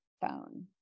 phone